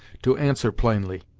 to answer plainly.